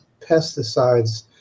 pesticides